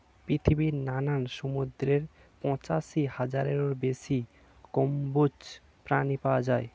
পৃথিবীর নানান সমুদ্রে পঁচাশি হাজারেরও বেশি কম্বোজ প্রাণী পাওয়া যায়